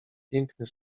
piękny